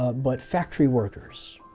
but factory workers,